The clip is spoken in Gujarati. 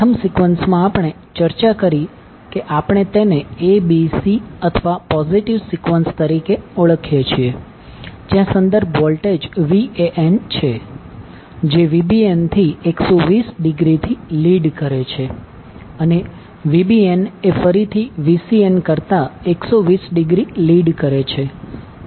પ્રથમ સિકવન્સમાં આપણે ચર્ચા કરી કે આપણે તેને abc અથવા પોઝિટિવ સિકવન્સ તરીકે ઓળખીએ છીએ જ્યાં સંદર્ભ વોલ્ટેજ Van છે જે Vbn થી 120 ડિગ્રીથી લિડ કરે છે અને Vbnએ ફરીથી Vcn કરતા 120 ડિગ્રી લિડ કરે છે